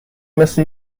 مثل